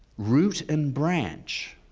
root and branch.